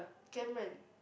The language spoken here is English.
Cameroon